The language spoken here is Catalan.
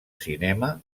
cinema